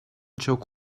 çok